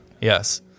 yes